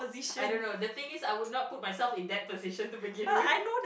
I don't know the thing is I would not put myself in that position to begin with